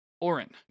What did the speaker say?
Oren